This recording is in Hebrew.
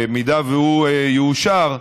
אם הוא יאושר,